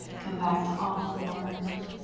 come back to all fours.